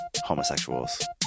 homosexuals